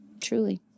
Truly